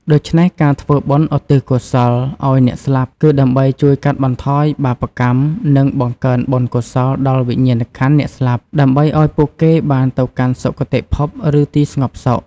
ដូច្នេះ ការធ្វើបុណ្យឧទ្ទិសកុសលឲ្យអ្នកស្លាប់ គឺដើម្បីជួយកាត់បន្ថយបាបកម្ម និងបង្កើនបុណ្យកុសលដល់វិញ្ញាណក្ខន្ធអ្នកស្លាប់ ដើម្បីឲ្យពួកគេបានទៅកាន់សុគតិភព ឬទីស្ងប់សុខ។